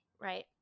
right